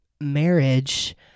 marriage